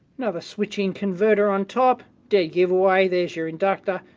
another switching converter on top, dead giveaway, there's your inductor,